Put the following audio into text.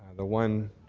the one